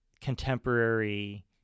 contemporary